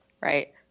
right